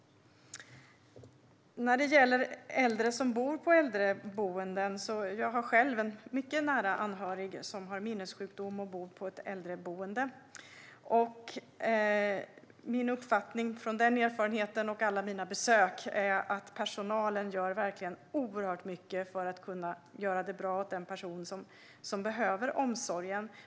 Jag har själv en mycket nära anhörig som har en minnessjukdom och bor på ett äldreboende. Min uppfattning från den erfarenheten och alla mina besök där är att personalen verkligen gör oerhört mycket för att det ska bli bra för de personer som behöver omsorgen.